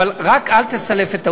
רק אל תסלף את העובדות.